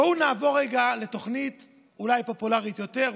בואו נעבור רגע לתוכנית אולי פופולרית יותר,